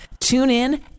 TuneIn